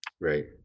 Right